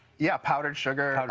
yeah. powdered sugar,